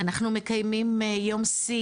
אנחנו מקיימים יום שיא,